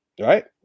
right